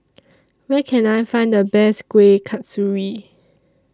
Where Can I Find The Best Kuih Kasturi